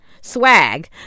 swag